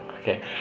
okay